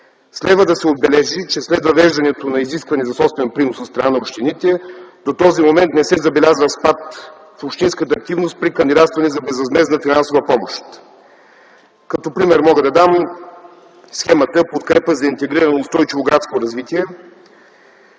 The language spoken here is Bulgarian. Следва да се отбележи, че след въвеждане на изискването за собствен принос от страна на общините до този момент не се забелязва спад в общинската активност при кандидатстването за безвъзмездна финансова помощ. Като пример мога да дам схемата „Подкрепа за интегрирано устойчиво градско развитие”